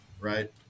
Right